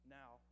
now